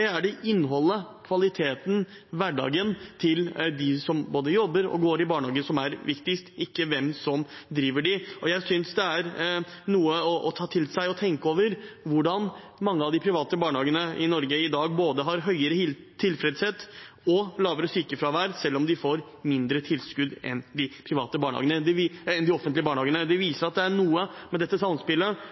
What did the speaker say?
er det innholdet og kvaliteten i hverdagen til dem som både jobber og går i barnehage, som er viktigst, ikke hvem som driver dem. Og jeg synes det er noe å ta til seg og tenke over hvordan mange av de private barnehagene i Norge i dag har både høyere tilfredshet og lavere sykefravær, selv om de får mindre tilskudd enn de offentlige barnehagene. Det viser at det er noe med dette samspillet